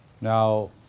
Now